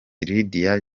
lydia